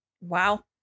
Wow